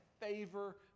favor